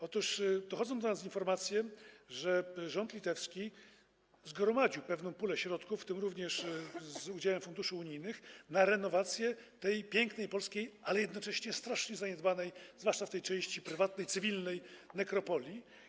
Otóż dochodzą do nas informacje, że rząd litewski zgromadził pewną pulę środków, w tym z udziałem funduszy unijnych, na renowację tej pięknej, ale jednocześnie strasznie zaniedbanej, zwłaszcza w części prywatnej, cywilnej, polskiej nekropolii.